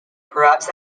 perhaps